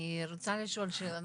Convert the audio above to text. אני רוצה לשאול שאלה.